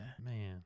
Man